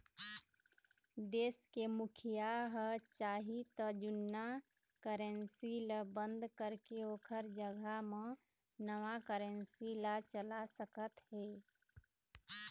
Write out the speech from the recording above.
देश के मुखिया ह चाही त जुन्ना करेंसी ल बंद करके ओखर जघा म नवा करेंसी ला चला सकत हे